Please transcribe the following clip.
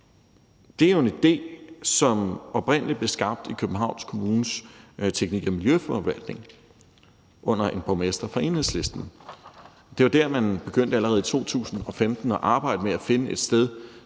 Det er jo en idé, som oprindelig blev skabt i Københavns Kommunes teknik- og miljøforvaltning under en borgmester fra Enhedslisten. Det var der, man allerede i 2015 begyndte at arbejde med at finde et sted